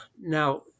Now